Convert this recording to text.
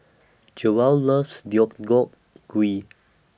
Jewell loves Gui